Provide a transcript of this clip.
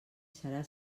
serà